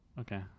Okay